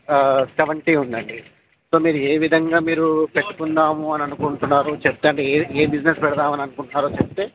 seventy ఉందండి so మీరు ఏ విధంగా పెట్టుకుందాము అని అనుకుంటున్నారో చెప్తే అంటే ఏ ఏ బిసినెస్ పెడదామని అనుకుంటున్నారో చెప్తే